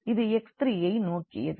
இது x3ஐ நோக்கியது